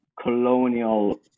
colonial